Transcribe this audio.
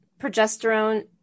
progesterone